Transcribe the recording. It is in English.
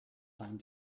time